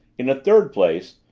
in the third place,